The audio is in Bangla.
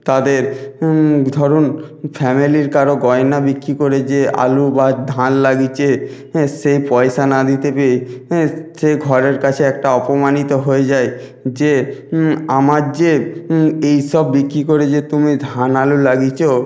তাদের ধরুন ফ্যামেলির কারো গয়না বিক্রি করে যে আলু বা ধান লাগিয়েছে হ্যাঁ সেই পয়সা না দিতে পেয়ে হ্যাঁ সে ঘরের কাছে একটা অপমানিত হয়ে যায় যে আমার যে এই সব বিক্রি করে যে তুমি ধান আলু লাগিয়েছ